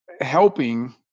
helping